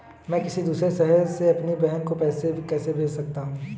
मैं किसी दूसरे शहर से अपनी बहन को पैसे कैसे भेज सकता हूँ?